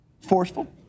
Forceful